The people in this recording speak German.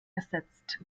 ersetzt